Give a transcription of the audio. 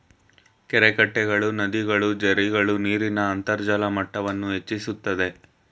ಕೆರೆಕಟ್ಟೆಗಳು, ನದಿಗಳು, ಜೆರ್ರಿಗಳು ನೀರಿನ ಅಂತರ್ಜಲ ಮಟ್ಟವನ್ನು ಹೆಚ್ಚಿಸುತ್ತದೆ